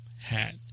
hat